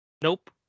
Nope